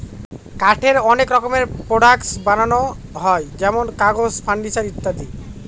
কাঠের অনেক রকমের প্রডাক্টস বানানো হয় যেমন কাগজ, ফার্নিচার ইত্যাদি